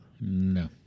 No